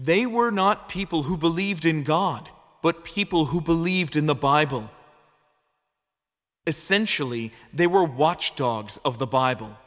they were not people who believed in god but people who believed in the bible essentially they were watchdogs of the bible